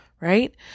right